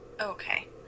Okay